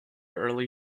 early